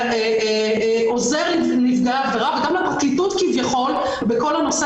שעוזר לנפגעי העבירה וגם לפרקליטות כביכול בכל הנושא